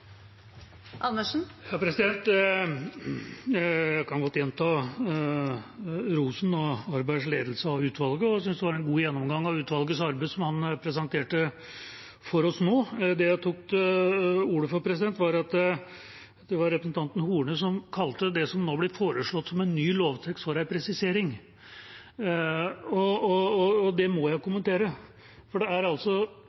Jeg kan godt gjenta rosen av Harbergs ledelse av utvalget, og jeg synes det var en god gjennomgang av utvalgets arbeid han presenterte for oss nå. Det jeg tok ordet for, var at representanten Horne kalte det som nå blir foreslått som en ny lovtekst, for en presisering. Det må jeg kommentere, for det